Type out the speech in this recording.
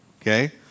okay